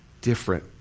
different